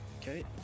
okay